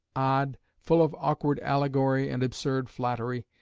odd, full of awkward allegory and absurd flattery,